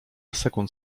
sekund